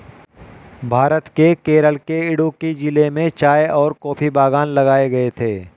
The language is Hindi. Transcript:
भारत के केरल के इडुक्की जिले में चाय और कॉफी बागान लगाए गए थे